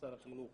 משר החינוך